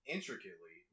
Intricately